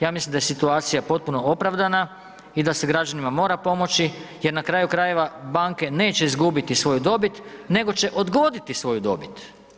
Ja mislim da je situacija potpuno opravdana i da se građanima mora pomoći jer na kraju krajeva banke neće izgubiti svoju dobit nego će odgoditi svoju dobit.